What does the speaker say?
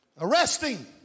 Arresting